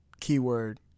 keyword